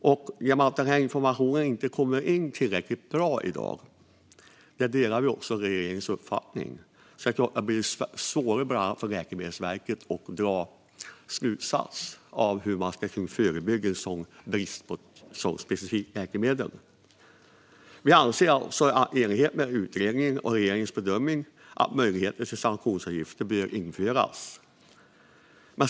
I dag får Läkemedelsverket inte tillräcklig information, vilket gör det svårare för verket att förebygga brist på läkemedel. Här delar vi regeringens uppfattning och anser därför, i enlighet med utredningen och regeringens bedömning, att möjlighet till sanktionsavgifter bör införas.